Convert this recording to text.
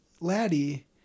Laddie